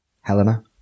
Helena